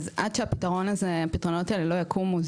אז עד שהפתרונות האלה לא יקומו,